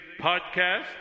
podcast